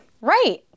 Right